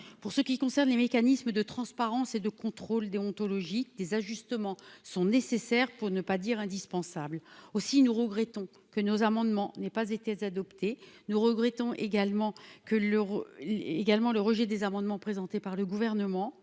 pour ce qui concerne les mécanismes de transparence et de contrôle déontologique des ajustements sont nécessaires pour ne pas dire indispensable aussi nous regrettons que nos amendements n'ait pas été adoptés nous regrettons également que l'Euro également le rejet des amendements présentés par le gouvernement,